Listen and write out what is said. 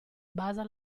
basa